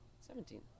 seventeen